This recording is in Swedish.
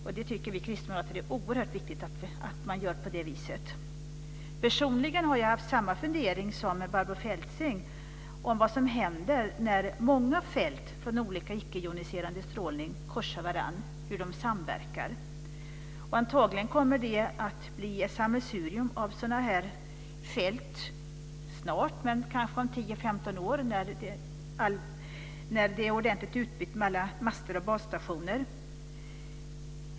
Vi kristdemokrater tycker att det är oerhört viktigt att man gör på det viset. Personligen har jag haft samma fundering som Barbro Feltzing om vad som händer när många fält från icke joniserande strålning korsar varandra och hur de samverkar. Antagligen kommer det att bli ett sammelsurium av sådana fält om 10-15 år, när alla master och basstationer är ordentligt utbyggda.